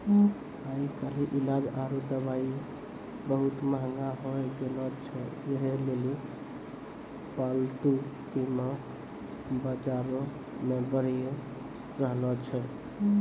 आइ काल्हि इलाज आरु दबाइयै बहुते मंहगा होय गैलो छै यहे लेली पालतू बीमा बजारो मे बढ़ि रहलो छै